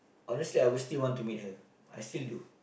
honestly I would still want to meet her I still do